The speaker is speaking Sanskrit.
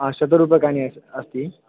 हा शतरूप्यकाणि अस् अस्ति